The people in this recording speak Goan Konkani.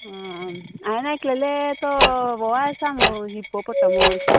आं हांवें आयकललें तो हय आसा म्हणून हिप्पोपोटमस